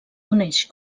coneix